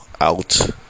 out